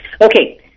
Okay